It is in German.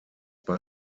bei